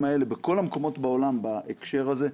האלה בכל המקומות בעולם בהקשר הזה.